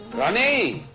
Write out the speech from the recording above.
rani,